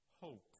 hope